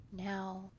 now